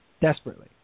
desperately